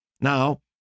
Now